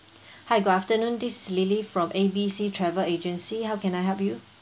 hi good afternoon this is lily from A B C travel agency how can I help you